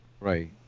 Right